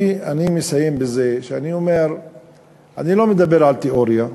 אני מסיים בזה שאני אומר שאני לא מדבר על תיאוריה.